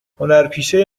هنرپیشه